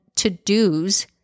to-dos